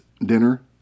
dinner